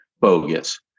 bogus